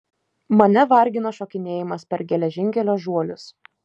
mane vargina šokinėjimas per geležinkelio žuolius